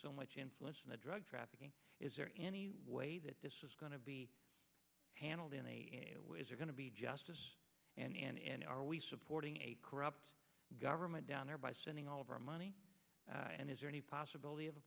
so much influence in the drug trafficking is there any way that this is going to be handled in a way as are going to be justice and are we supporting a corrupt government down there by sending all of our money and is there any possibility of a